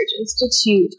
Institute